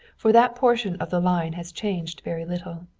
for that portion of the line has changed very little.